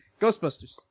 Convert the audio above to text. Ghostbusters